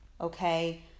Okay